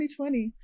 2020